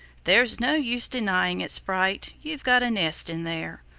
there's no use denying it, sprite you've got a nest in there!